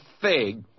fig